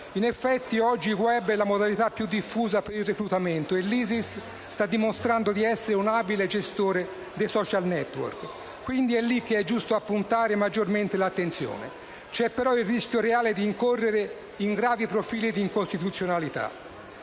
In effetti, oggi il *web* è la modalità più diffusa per il reclutamento e l'ISIS sta dimostrando di essere un abile gestore dei *social network*; quindi è lì che è giusto appuntare maggiormente l'attenzione. C'è però il rischio reale di incorrere in gravi profili di incostituzionalità.